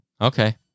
Okay